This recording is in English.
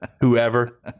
whoever